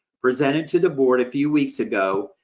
presented to the board a few weeks ago,